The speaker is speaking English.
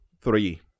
three